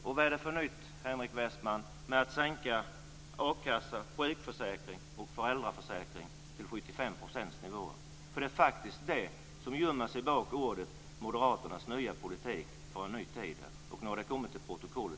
Vad är det för nytt, Henrik Westman, med att sänka a-kassa, sjukförsäkring och föräldraförsäkring till en nivå på 75 %? Det är faktiskt det som gömmer sig bakom orden om moderaternas nya politik för en ny tid. Nu har detta i varje fall kommit till protokollet.